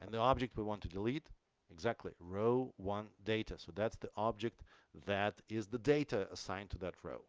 and the object we want to delete exactly row one data so that's the object that is the data assigned to that row